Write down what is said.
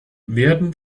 werden